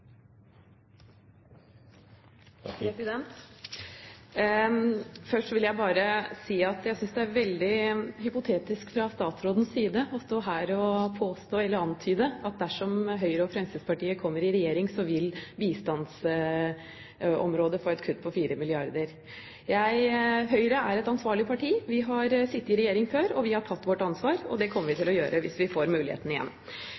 Først vil jeg bare si at jeg synes det er veldig hypotetisk fra statsrådens side å stå her og påstå eller antyde at dersom Høyre og Fremskrittspartiet kommer i regjering, så vil bistandsområdet få et kutt på 4 mrd. kr. Høyre er et ansvarlig parti, vi har sittet i regjering før, vi har tatt vårt ansvar, og det kommer vi til å gjøre hvis vi får muligheten igjen.